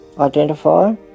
identify